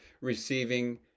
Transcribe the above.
receiving